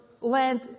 land